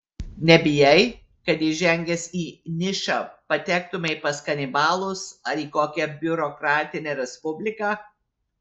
nebijai kad įžengęs į nišą patektumei pas kanibalus ar į kokią biurokratinę respubliką